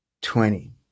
twenty